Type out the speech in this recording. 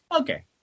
okay